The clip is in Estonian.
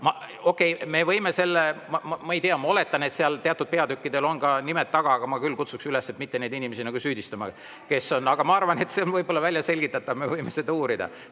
Ma ei tea, ma oletan, et seal teatud peatükkidel on ka nimed taga, aga ma kutsuksin üles mitte neid inimesi süüdistama. Aga ma arvan, et see on võib-olla välja selgitatav, me võime seda uurida.